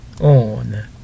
on